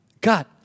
God